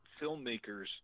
filmmakers